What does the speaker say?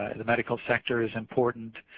the medical sector is important,